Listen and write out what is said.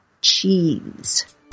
cheese